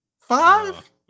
five